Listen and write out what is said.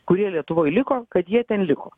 kurie lietuvoj liko kad jie ten liko